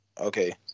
Okay